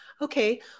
Okay